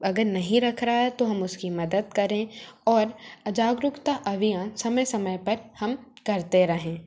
अगर नही रखरा है तो हम उसकी मदद करें और जागरूकता अभियान समय समय पर हम करते रहें